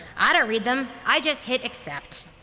i don't read them. i just hit accept.